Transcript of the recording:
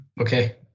Okay